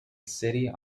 city